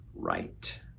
right